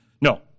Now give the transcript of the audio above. No